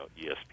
ESPN